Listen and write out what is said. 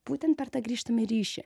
būtent per tą grįžtamąjį ryšį